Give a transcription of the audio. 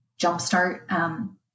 jumpstart